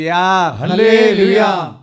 Hallelujah